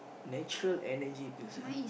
natural Energy Pills ah